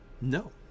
no